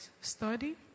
study